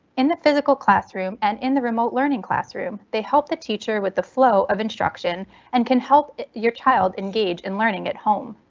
in the physical classroom and in the remote learning classroom they help the teacher with the flow of instruction and can help your child engage in learning at home.